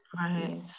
Right